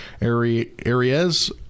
Arias